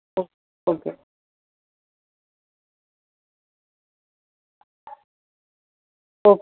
okay okay okay